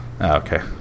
okay